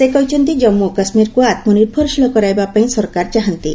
ସେ କହିଛନ୍ତି କାମ୍ମ ଓ କାଶ୍ରୀରକ୍ତ ଆତୁନିର୍ଭରଶୀଳ କରାଇବା ପାଇଁ ସରକାର ଚାହାନ୍ତି